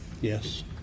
Yes